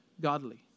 godly